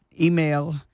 email